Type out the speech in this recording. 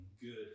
good